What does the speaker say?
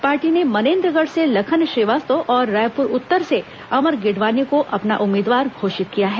party ने मर्नेन्द्रगढ़ से लखन श्रीवास्तव और रायपुर उत्तर से अमर गिडवानी को अपना उम्मीदवार घोषित किया है